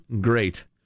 great